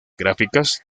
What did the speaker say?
gráficas